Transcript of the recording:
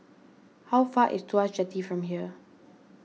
how far is Tuas Jetty from here